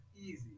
easy